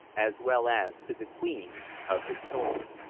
as well as to the queen of his soul.